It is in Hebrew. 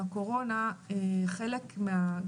עם הקורונה חלק מה,